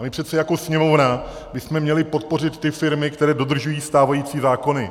A my přece jako Sněmovna bychom měli podpořit ty firmy, které dodržují stávající zákony.